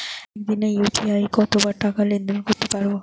একদিনে ইউ.পি.আই কতবার টাকা লেনদেন করতে পারব?